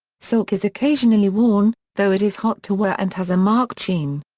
silk is occasionally worn, though it is hot to wear and has a marked sheen.